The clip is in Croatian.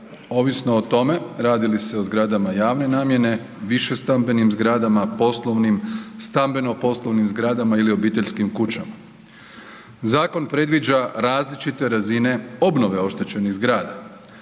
ovisno o tome radi li se o zgradama javne namjene, višestambenim zgradama, poslovnim, stambeno-poslovnim zgradama ili obiteljskim kućama. Zakon predviđa različite razine obnove oštećenih zgrada,